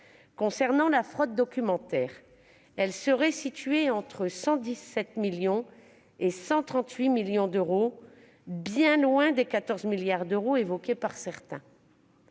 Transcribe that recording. Concernant la fraude documentaire, elle serait située entre 117 millions d'euros et 138 millions d'euros, bien loin des 14 milliards d'euros évoqués par certains.